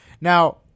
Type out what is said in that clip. now